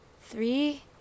three